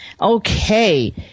Okay